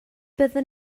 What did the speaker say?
byddwn